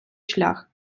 шлях